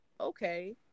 okay